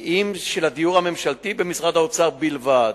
כי אם של הדיור הממשלתי במשרד האוצר בלבד.